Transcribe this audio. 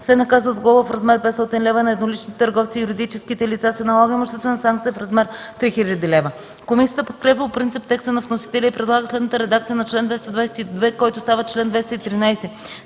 се наказва с глоба в размер 500 лв., а на едноличните търговци и юридическите лица се налага имуществена санкция в размер 3000 лв.” Комисията подкрепя по принцип текста на вносителя и предлага следната редакция на чл. 222, който става чл. 213: